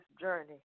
journey